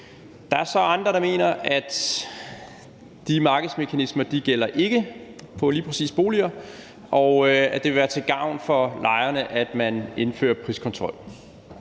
Der er så andre, der mener, at de markedsmekanismer ikke gælder for lige præcis boliger, og at det vil være til gavn for lejerne, at man indfører en priskontrol.